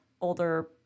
older